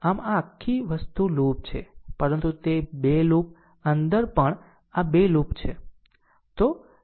આમ આ આખી વસ્તુ લૂપ છે પરંતુ તે 2 લૂપ અંદર પણ આ 2 લૂપ ્સ છે